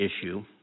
issue